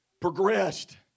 progressed